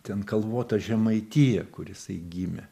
ten kalvota žemaitija kur jisai gimė